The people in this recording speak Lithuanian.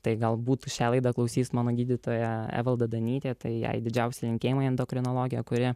tai galbūt šią laidą klausys mano gydytoja evalda danytė tai jai didžiausi linkėjimai endokrinologė kuri